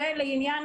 לעניין